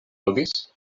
aŭdis